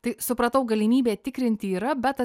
tai supratau galimybė tikrinti yra beta